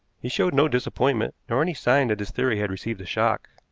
he showed no disappointment, nor any sign that his theory had received a shock.